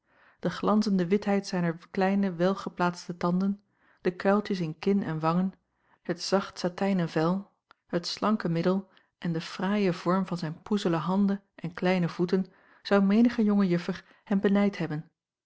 de glanzende witheid zijner kleine welgeplaatste tanden de kuiltjes in kin en wangen het zacht satijnen vel het slanke middel en den fraaien vorm van zijn poezele handen en kleine voeten zou menige jonge juffer hem benijd hebben